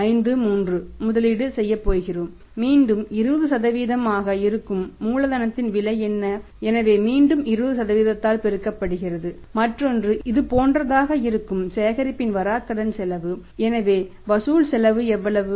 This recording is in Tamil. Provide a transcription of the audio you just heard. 53 முதலீடு செய்யப் போகிறோம் மீண்டும் 20 ஆக இருக்கும் மூலதனத்தின் விலை என்ன எனவே மீண்டும் 20 ஆல் பெருக்கப்படுகிறது மற்றொன்று இதுபோன்றதாக இருக்கும் சேகரிப்பின் வராக்கடன் செலவு எனவே வசூல் செலவு எவ்வளவு